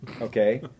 okay